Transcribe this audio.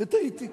וטעיתי.